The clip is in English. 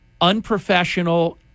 unprofessional